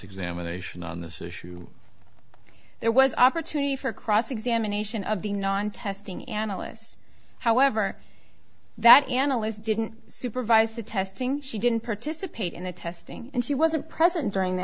examination on this issue there was opportunity for cross examination of the non testing analysts however that analysts didn't supervise the testing she didn't participate in the testing and she wasn't present during the